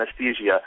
anesthesia